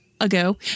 ago